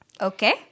Okay